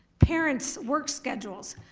parents' work schedules,